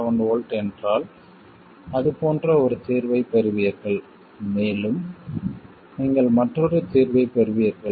7 V என்றால் அது போன்ற ஒரு தீர்வைப் பெறுவீர்கள் மேலும் நீங்கள் மற்றொரு தீர்வைப் பெறுவீர்கள்